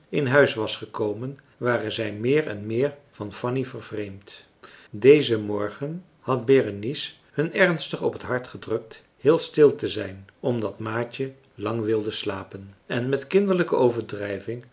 in huis was gekomen waren zij meer en meer van fanny vervreemd dezen morgen had berenice hun ernstig op het hart gedrukt heel stil te zijn omdat maatje lang wilde slapen en met kinderlijke overdrijving